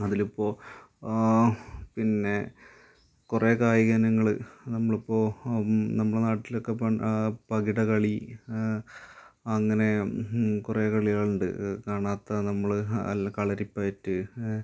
അതിലിപ്പോള് പിന്നെ കുറേ കായിക ഇനങ്ങള് നമ്മളിപ്പോള് നമ്മുടെ നാട്ടിലൊക്കെ പകിട കളി അങ്ങനെ കുറേ കളികളുണ്ട് കാണാത്ത നമ്മള് കളരിപ്പയറ്റ്